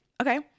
Okay